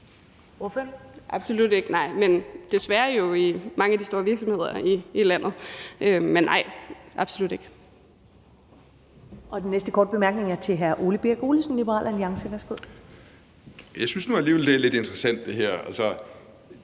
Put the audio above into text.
Absolut ikke, nej – men desværre er de det jo i mange af de store virksomheder i landet.